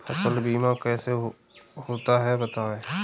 फसल बीमा कैसे होता है बताएँ?